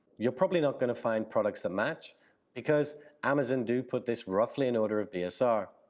you're probably not going to find products that match because amazon do put this roughly in order of bsr.